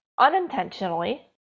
unintentionally